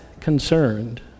concerned